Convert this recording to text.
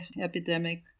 epidemic